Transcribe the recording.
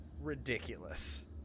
ridiculous